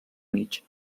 mig